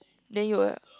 then you will